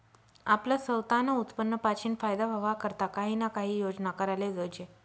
आपलं सवतानं उत्पन्न पाशीन फायदा व्हवा करता काही ना काही योजना कराले जोयजे